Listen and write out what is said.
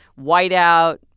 whiteout